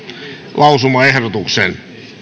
lausumaehdotuksen